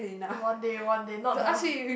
and one day one day not the